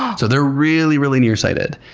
so they're really, really nearsighted.